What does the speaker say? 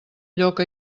lloc